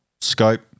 scope